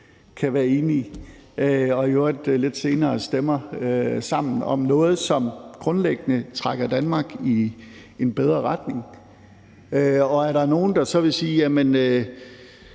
kan være enige og i øvrigt lidt senere stemmer sammen om noget, som grundlæggende trækker Danmark i en bedre retning. Og er der nogen, der så vil spørge, om